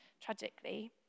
tragically